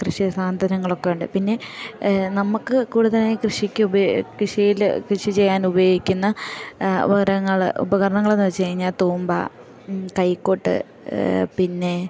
കൃഷി സാധനങ്ങളൊക്കെയുണ്ട് പിന്നെ നമുക്ക് കൂടുതലായി കൃഷിക്ക് ഉപ കൃഷിയിൽ കൃഷി ചെയ്യാൻ ഉപയോഗിക്കുന്ന ഉപകരങ്ങൾ ഉപകരണങ്ങളെന്നു വെച്ചു കഴിഞ്ഞാൽ തൂമ്പ കൈക്കോട്ട് പിന്നെ